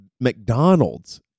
McDonald's